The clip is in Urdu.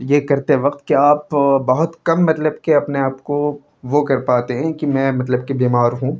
یہ کرتے وقت کہ آپ بہت کم مطلب کہ اپنے آپ کو وہ کر پاتے ہیں کہ میں مطلب کہ بیمار ہوں